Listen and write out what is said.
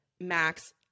max